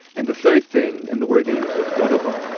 and the third thing in the word they used was dotabuff,